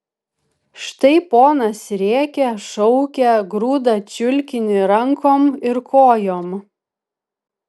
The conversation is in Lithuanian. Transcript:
štai ponas rėkia šaukia grūda čiulkinį rankom ir kojom